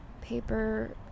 paper